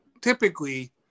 Typically